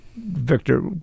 Victor